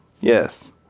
Yes